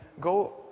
go